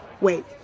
Wait